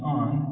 on